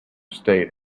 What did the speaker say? state